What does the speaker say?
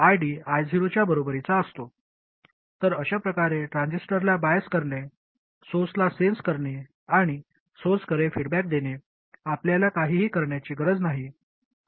तर अशा प्रकारे ट्रान्झिस्टरला बायस करणे सोर्सला सेन्स करणे आणि सोर्सकडे फीडबॅक देणे आपल्याला काहीही करण्याची गरज नाही